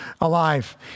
alive